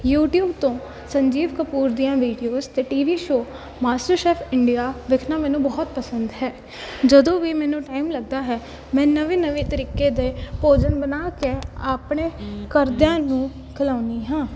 YouTube ਤੋਂ ਸੰਜੀਵ ਕਪੂਰ ਦੀਆਂ videos ਅਤੇ T V show master chef India ਵੇਖਣਾ ਮੈਨੂੰ ਬਹੁਤ ਪਸੰਦ ਹੈ ਜਦੋਂ ਵੀ ਮੈਨੂੰ ਟਾਈਮ ਲੱਗਦਾ ਹੈ ਮੈਂ ਨਵੇਂ ਨਵੇਂ ਤਰੀਕੇ ਦੇ ਭੋਜਨ ਬਣਾ ਕੇ ਆਪਣੇ ਘਰਦਿਆਂ ਨੂੰ ਖਿਲਾਉਂਦੀ ਹਾਂ